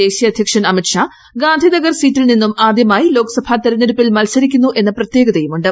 ദേശീയ അധ്യക്ഷൻ അമിത് ഷാ ഗാന്ധിനഗർ സീറ്റിൽ നിന്നും ആദ്യമായി ലോക്സഭാ തെരഞ്ഞെടുപ്പിൽ മത്സരിക്കുന്നു എന്ന പ്രത്യേകതയും ഉണ്ട്